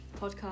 podcast